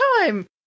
time